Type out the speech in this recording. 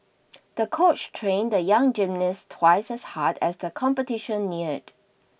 the coach trained the young gymnast twice as hard as the competition neared